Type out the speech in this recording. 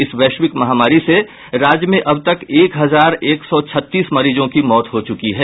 इस वैश्विक महामारी से राज्य में अब तक एक हजार एक सौ छत्तीस मरीजों की मौत हो चुकी है